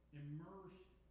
immersed